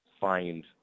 find